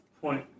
point